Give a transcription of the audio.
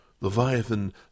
Leviathan